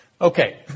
Okay